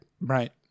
Right